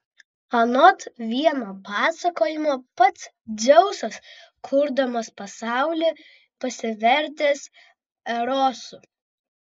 anot vieno pasakojimo pats dzeusas kurdamas pasaulį pasivertęs erosu